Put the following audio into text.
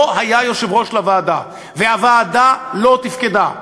לא היה יושב-ראש לוועדה, והוועדה לא תפקדה.